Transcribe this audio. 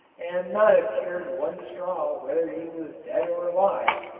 and not have cared one straw whether he was dead or alive,